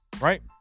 right